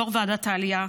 יו"ר עדת העלייה,